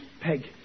Peg